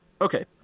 Okay